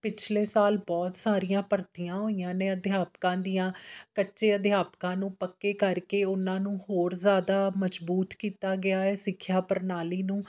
ਪਿਛਲੇ ਸਾਲ ਬਹੁਤ ਸਾਰੀਆਂ ਭਰਤੀਆਂ ਹੋਈਆਂ ਨੇ ਅਧਿਆਪਕਾਂ ਦੀਆਂ ਕੱਚੇ ਅਧਿਆਪਕਾਂ ਨੂੰ ਪੱਕੇ ਕਰਕੇ ਉਹਨਾਂ ਨੂੰ ਹੋਰ ਜ਼ਿਆਦਾ ਮਜ਼ਬੂਤ ਕੀਤਾ ਗਿਆ ਹੈ ਸਿੱਖਿਆ ਪ੍ਰਣਾਲੀ ਨੂੰ